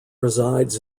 resides